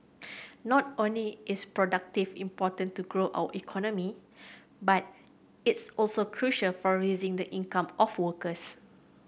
not only is productive important to grow our economy but it's also crucial for raising the income of workers